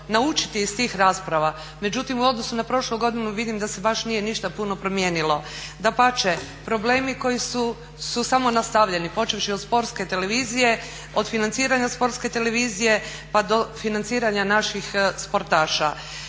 naučiti iz tih rasprava. Međutim, u odnosu na prošlu godinu vidim da se baš nije ništa puno promijenilo. Dapače, problemi koji su samo nastavljeni, počevši od Sportske televizije, od financiranja Sportske televizije pa do financiranja naših sportaša.